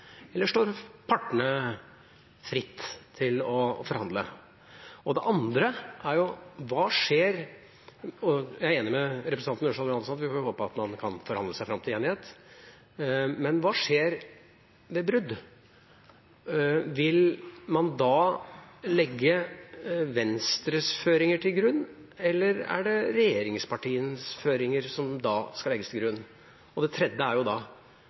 eller står partene fritt til å forhandle? For det andre: Jeg er enig med representanten Ørsal Johansen i at vi får håpe at man kan forhandle seg fram til enighet, men hva skjer ved brudd? Vil man da legge Venstres føringer til grunn, eller skal regjeringspartienes føringer legges til grunn? Det tredje er: